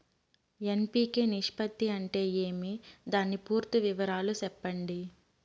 NPK నిష్పత్తి అంటే ఏమి దాని పూర్తి వివరాలు సెప్పండి?